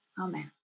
Amen